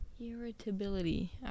Irritability